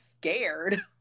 scared